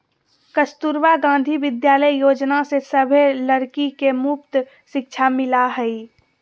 कस्तूरबा गांधी विद्यालय योजना से सभे लड़की के मुफ्त शिक्षा मिला हई